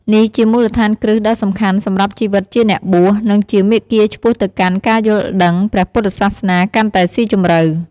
នេះជាមូលដ្ឋានគ្រឹះដ៏សំខាន់សម្រាប់ជីវិតជាអ្នកបួស និងជាមាគ៌ាឆ្ពោះទៅកាន់ការយល់ដឹងព្រះពុទ្ធសាសនាកាន់តែស៊ីជម្រៅ។